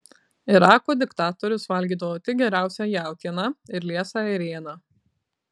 irako diktatorius valgydavo tik geriausią jautieną ir liesą ėrieną